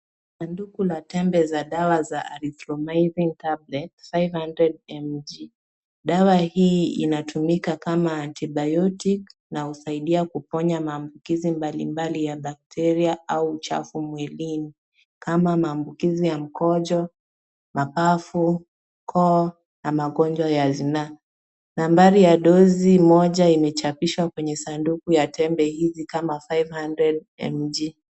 Sanduku la tembe za dawa za azithromycin tablet 500mg . Dawa hii inatumika kama antibiotic na husaidia kuponya maambukizi mbalimbali ya bakteria au uchafu mwilini, kama maambukizi ya mkojo, mapafu, koo na magonjwa ya zinaa. Nambari ya dozi moja imechapishwa kwenye sanduku ya tembe hizi kama 500mg .